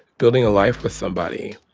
building a life with somebody.